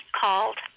called